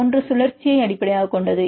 ஒன்று சுழற்சியை அடிப்படையாகக் கொண்டது